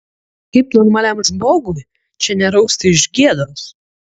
kaip normaliam žmogui čia nerausti iš gėdos